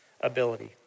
ability